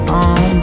on